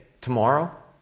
Tomorrow